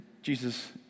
Jesus